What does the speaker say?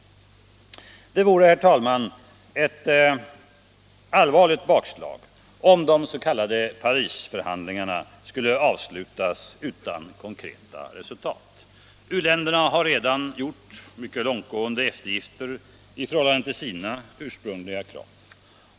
Det vore, herr talman, ett allvarligt bakslag om de s.k. Parisförhandlingarna skulle avslutas utan konkreta resultat. U-länderna har redan gjort mycket långtgående eftergifter i förhållande till sina ursprungliga krav.